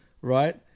right